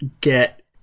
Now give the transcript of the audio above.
get